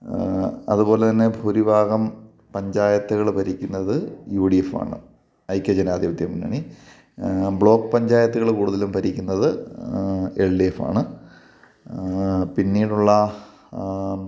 അതുപോലെത്തന്നെ ഭൂരിഭാഗം പഞ്ചായത്തുകൾ ഭരിക്കുന്നത് യൂ ഡീ എഫാണ് ഐക്യജനാധിപത്യമുന്നണി ബ്ലോക്ക് പഞ്ചായത്തുകൾ കൂടുതലും ഭരിക്കുന്നത് എൽ ഡി എഫാണ് പിന്നീടുള്ള